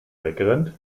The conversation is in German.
wegrennt